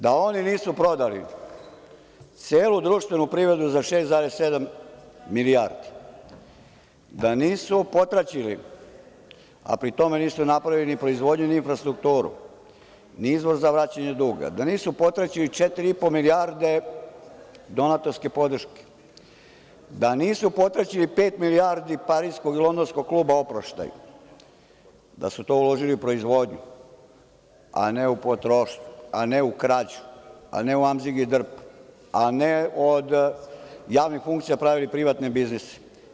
Da oni nisu prodali celu društvenu privredu za 6,7 milijardi, da nisu protraćili, a pri tome nisu napravili ni proizvodnju ni infrastrukturu, ni vraćanje duga, da nisu protraćili 4,5 milijarde donatorske podrške, da nisu protraćili 5 milijardi Pariskog i Londonskog kluba oproštaj, da su to uložili u proizvodnju, a ne u potrošnju, a ne u krađu, a ne od javnih funkcija da pravi privatne biznise.